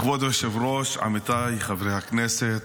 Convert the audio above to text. כבוד היושב-ראש, עמיתיי חברי הכנסת,